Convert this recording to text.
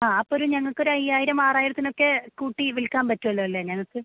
ആ അപ്പോള് ഒരു ഞങ്ങള്ക്കൊരയ്യായിരം ആറായിരത്തിനൊക്കെ കൂട്ടി വിൽക്കാൻ പറ്റ്വല്ലോ അല്ലേ ഞങ്ങള്ക്ക്